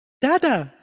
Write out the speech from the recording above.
Dada